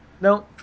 No